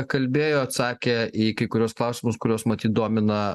kalbėjo atsakė į kai kuriuos klausimus kuriuos matyt domina